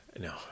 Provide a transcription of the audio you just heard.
No